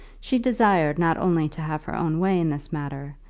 she desired not only to have her own way in this matter,